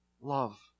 Love